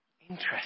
interesting